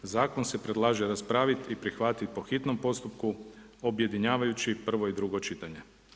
Zakon se predlaže raspraviti i prihvatiti po hitnom postupku objedinjavajući prvo i drugo čitanje.